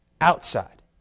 outside